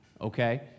okay